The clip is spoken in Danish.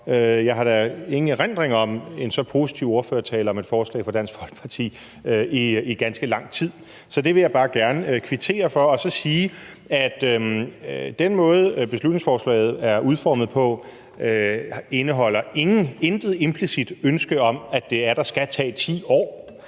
tid at have hørt en så positiv ordførertale om et forslag fra Dansk Folkeparti, så det vil jeg bare gerne kvittere for. Og så vil jeg sige, at med den måde, beslutningsforslaget er udformet på, indeholder det intet implicit ønske om, at det atter skal tage 10 år.